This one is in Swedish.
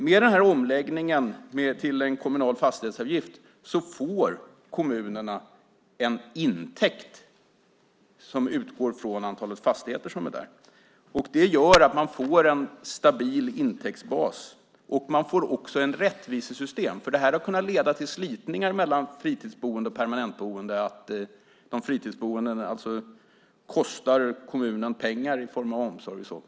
Med den här omläggningen till en kommunal fastighetsavgift får kommunerna en intäkt som utgår från antalet fastigheter i kommunen. Det gör att kommunerna får en stabil intäktsbas, och man får också ett rättvist system. Som det har varit har det kunnat leda till slitningar mellan fritidsboende och permanentboende därför att de fritidsboende kostar kommunen pengar i form av omsorg och annat.